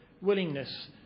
willingness